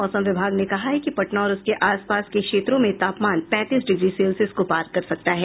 मौसम विभाग ने कहा कि पटना और उसके आसपास के क्षेत्रों में तापमान पैंतीस डिग्री सेल्सियस को पार कर सकता है